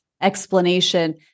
explanation